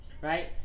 Right